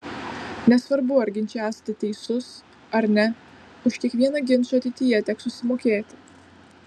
nesvarbu ar ginče esate teisus ar ne už kiekvieną ginčą ateityje teks susimokėti